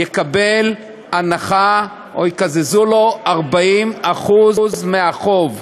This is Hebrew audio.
יקבל הנחה, יקזזו לו 40% מהחוב.